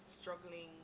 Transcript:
struggling